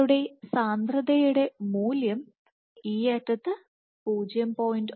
നിങ്ങളുടെ സാന്ദ്രതയുടെ മൂല്യം ഈ അറ്റത്ത് 0